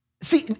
See